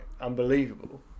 unbelievable